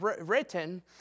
written